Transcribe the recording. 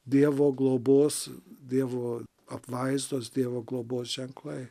dievo globos dievo apvaizdos dievo globos ženklai